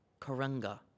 Karanga